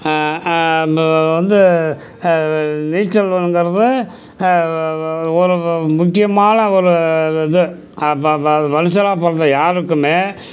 வந்து நீச்சலுங்கிறது ஒரு முக்கியமான ஒரு இது மனுசனா பிறந்த யாருக்குமே